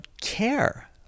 care